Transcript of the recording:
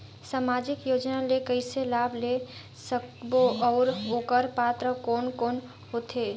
समाजिक योजना ले कइसे लाभ ले सकत बो और ओकर पात्र कोन कोन हो थे?